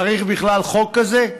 צריך בכלל חוק כזה?